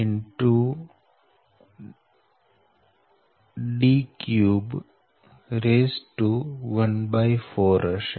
d314 હશે